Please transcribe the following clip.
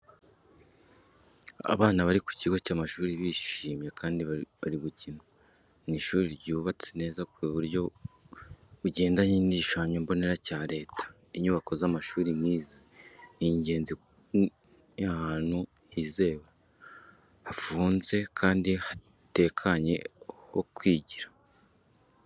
Abana bari ku kigo cy'amashuri bishimye kandi bari gukina. Ni ishuri ryubatse neza ku buryo bugendanye n'igishushanyo mbonera cya Leta y'u Rwanda. Inyubako z’amashuri nk’izi ni ingenzi kuko ni ahantu hizewe, hafunze kandi hatekanye ho kwigira.